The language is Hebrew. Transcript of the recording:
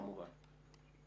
כמובן.